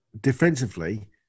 Defensively